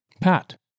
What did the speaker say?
Pat